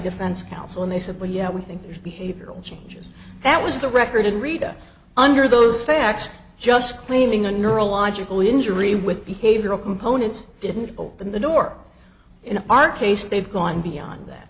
defense counsel and they said well you know we think the behavioral changes that was the record of rita under those facts just claiming a neurological injury with behavioral components didn't open the door in our case they've gone beyond that